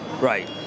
Right